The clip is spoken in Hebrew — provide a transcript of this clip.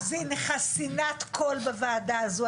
איך מיכל רוזין, חסינת קול בוועדה הזאת?